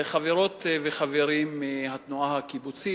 חברות וחברים מהתנועה הקיבוצית,